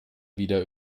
wieder